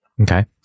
Okay